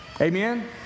Amen